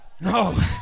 No